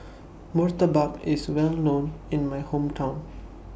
Murtabak IS Well known in My Hometown